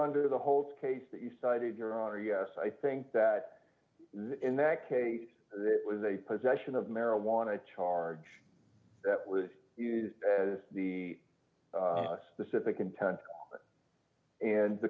under the whole case that you cited your honor yes i think that in that case d it was a possession of marijuana charge that was used as the specific intent and the